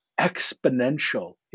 exponential